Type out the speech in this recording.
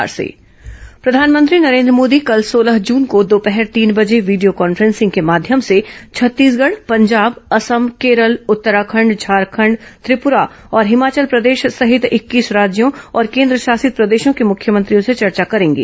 प्रधानमंत्री मुख्यमंत्री बातचीत प्रधानमंत्री नरेन्द्र मोदी कल सोलह जून को दोपहर तीन बजे वीडियो कॉन्फ्रेंस के माध्यम से छत्तीसगढ़ पंजाब असम केरल उत्तराखंड झारखंड त्रिपुरा और हिमाचल प्रदेश सहित इक्कीस राज्यों और केन्द्रशासित प्रदेशों के मुख्यमंत्रियों से चर्चा करेंगे